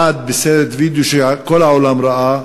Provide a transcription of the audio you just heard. והדבר תועד בסרט וידיאו שכל העולם ראה,